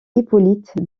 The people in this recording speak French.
hippolyte